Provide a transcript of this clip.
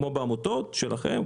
כמו בעמותות שלכם,